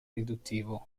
riduttivo